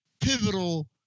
pivotal